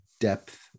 depth